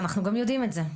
ואנחנו גם יודעים את זה.